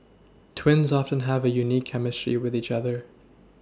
twins often have a unique chemistry with each other